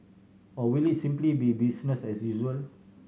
or will it simply be business as usual